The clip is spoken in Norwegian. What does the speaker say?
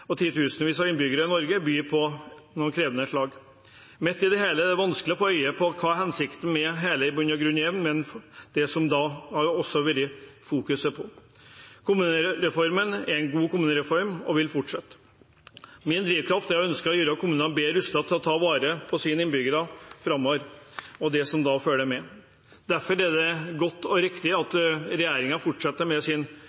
og titusenvis av innbyggere i Norge byr på noen krevende slag. Midt i det hele er det vanskelig å få øye på hva hensikten med dette i bunn og grunn er, med det som det da har vært fokusert på. Kommunereformen er en god kommunereform og vil fortsette. Min drivkraft er ønsket om å gjøre kommunene bedre rustet til å ta vare på sine innbyggere framover, og det som da følger med. Derfor er det godt og riktig at